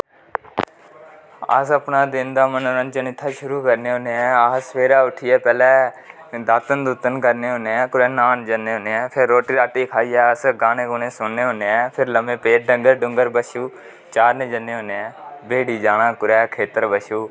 अस अपने दिन दा मनोंरजन इत्थै दा शुरू करने हा कन्नै अस सवैरे उट्ठियै पैह्ले दातन दूतन करने होन्ने आं कुदें न्हान जन्ने होन्ने आं फ्ही रोटी खाइयै अस गाने गुने सुनने होन्ने ऐं फिर लमे पेइयै डंगर डुंगर बच्छू चारन जन्ने होन्ने आं बाड़ी जाना कुतै खेतर बच्छु